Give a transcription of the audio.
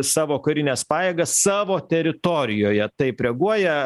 savo karines pajėgas savo teritorijoje taip reaguoja